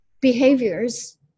behaviors